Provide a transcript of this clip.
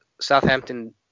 Southampton